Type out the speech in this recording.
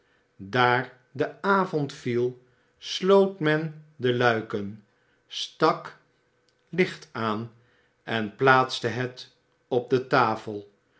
daar de avond viel sloot men de luiken stak icht aan en plaatste het op de tafel